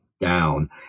down